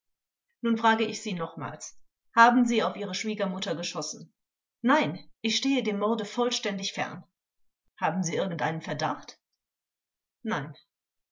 nun frage ich sie nochmals haben sie auf ihre schwiegermutter geschossen angekl nein ich stehe dem morde vollständig fern vors haben sie irgendeinen verdacht angekl nein